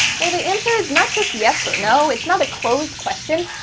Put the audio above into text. well, the answer is not just yes or no. it's not a closed question.